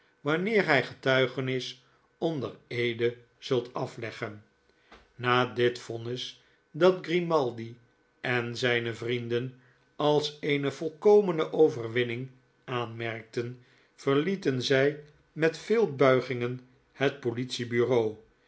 wanneer gij getuigenis onder eede zult afleggen na dit vonnis dat grimaldi en zijne vrienden als eene volkomene overwinning aanmerkten verlieten zij met vele buigingen het politie-bureau